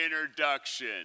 introduction